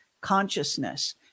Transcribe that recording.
consciousness